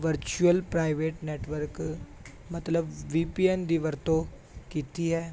virtual private network ਮਤਲਬ V P N ਦੀ ਵਰਤੋਂ ਕੀਤੀ ਹੈ